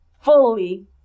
fully